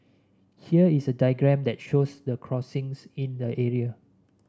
here is a diagram that shows the crossings in the area